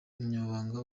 umunyamabanga